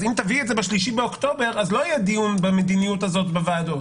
אז אם תביאי את זה ב-3 באוקטובר אז לא יהיה דיון במדיניות הזאת בוועדות,